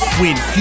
win